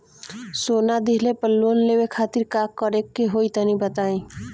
सोना दिहले पर लोन लेवे खातिर का करे क होई तनि बताई?